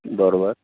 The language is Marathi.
बरोबर